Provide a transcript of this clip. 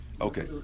Okay